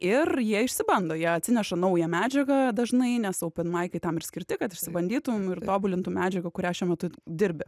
ir jie išsibando jie atsineša naują medžiagą dažnai nes openmaikai tam ir skirti kad išbandytum ir tobulintum medžiagą kurią šiuo metu dirbi